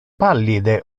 pallide